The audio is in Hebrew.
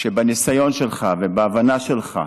שבניסיון שלך, בהבנה שלך